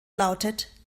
lautet